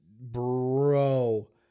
bro